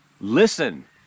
listen